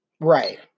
right